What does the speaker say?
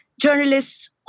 journalists